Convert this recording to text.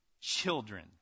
children